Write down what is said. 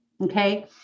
okay